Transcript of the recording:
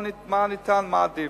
מה ניתן, מה עדיף.